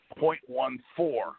0.14